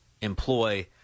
employ